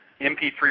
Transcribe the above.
MP3